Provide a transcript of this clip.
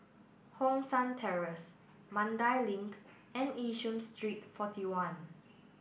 Hong San Terrace Mandai Link and Yishun Street forty one